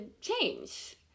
change